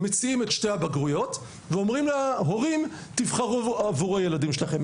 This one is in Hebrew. מציעים את שתי הבגרויות ואומרים להורים תבחרו עבור הילדים שלכם.